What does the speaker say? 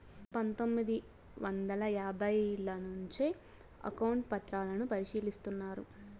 పందొమ్మిది వందల యాభైల నుంచే అకౌంట్ పత్రాలను పరిశీలిస్తున్నారు